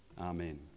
amen